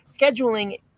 scheduling